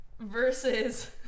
Versus